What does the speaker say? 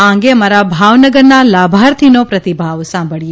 આ અંગે ભાવનગરના લાભાર્થીનો પ્રતિભાવ સાંભળીએ